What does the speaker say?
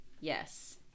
Yes